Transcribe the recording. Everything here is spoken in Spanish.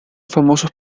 famosos